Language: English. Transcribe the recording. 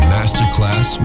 Masterclass